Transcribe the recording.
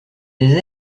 des